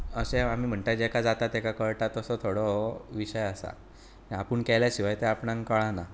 अशें आमी म्हणटात जाका जाता ताका कळटा असो थोडो हो विशय आसा आपूण तें केल्या शिवाय तें आपणाक कळना